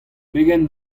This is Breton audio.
pegen